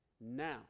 now